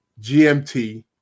GMT